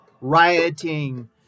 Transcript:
rioting